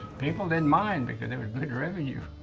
people didn't mind because it was good revenue.